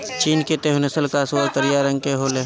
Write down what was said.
चीन के तैहु नस्ल कअ सूअर करिया रंग के होले